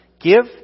Give